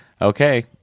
okay